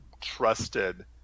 trusted